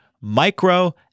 micro